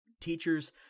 teachers